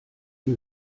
ihm